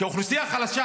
כי אוכלוסייה חלשה